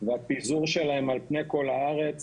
והפיזור שלהם על פני כל הארץ